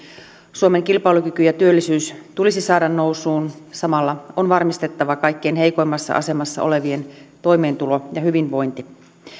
suomen kilpailukyky ja työllisyys tulisi saada nousuun samalla on varmistettava kaikkein heikoimmassa asemassa olevien toimeentulo ja hyvinvointi